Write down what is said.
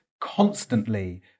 constantly